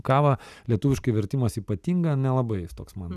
kavą lietuviškai vertimas ypatingą nelabai jis toks man